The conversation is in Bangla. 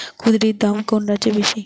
কুঁদরীর দাম কোন রাজ্যে বেশি?